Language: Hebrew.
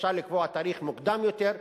אפשר לקבוע תאריך מוקדם יותר,